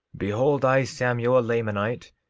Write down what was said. behold, i, samuel, a lamanite,